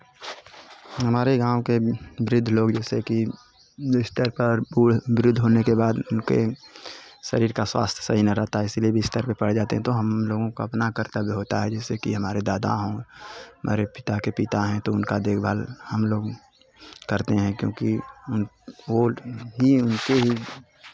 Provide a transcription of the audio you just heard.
हमारे गाँव के वृद्ध लोग जैसे कि बिस्तर पर वृद्ध होने के बाद उनके शरीर का स्वास्थ्य सही नहीं रहता इसीलिए बिस्तर पे पड़े रहते हैं तो हम लोगों का अपना कर्तव्य होता है जैसे कि हमारे दादा हैं हमारे पिता के पिता हैं तो उनका देखभाल हम लोग करते हैं क्योंकि उन वो ही उनके ही